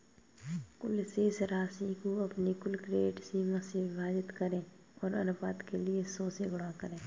कुल शेष राशि को अपनी कुल क्रेडिट सीमा से विभाजित करें और अनुपात के लिए सौ से गुणा करें